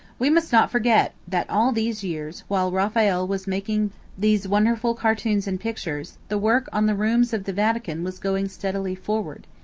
we must not forget that all these years, while raphael was making these wonderful cartoons and pictures, the work on the rooms of the vatican was going steadily forward.